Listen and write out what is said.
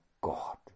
God